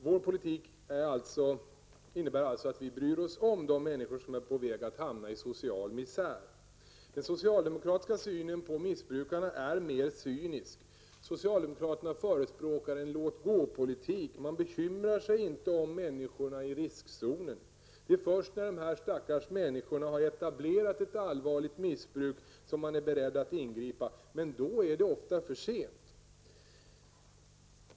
Vår politik innebär alltså att vi bryr oss om de människor som är på väg att hamna i social misär. Den socialdemokratiska synen på missbrukarna är mer cynisk. Socialdemokraterna förespråkar en låtgåpolitik. Man bekymrar sig inte om människorna i riskzonen. Det är först när de stackars människorna har etablerat ett allvarligt missbruk som man är beredd att ingripa, men då är det ofta för sent.